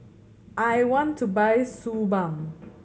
I want to buy Suu Balm